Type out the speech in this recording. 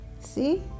See